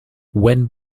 when